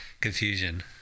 confusion